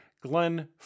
Glenn